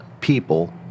people